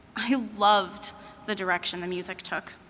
i loved the direction the music took.